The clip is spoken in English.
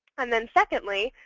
and then secondly,